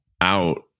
out